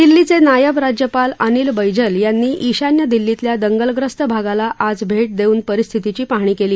दिल्लीचे नायब राज्यपाल अनिल बैजल यांनी ईशान्य दिल्लीतल्या दंगलग्रस्त भागाला आज भेट देऊन परिस्थितीची पाहणी केली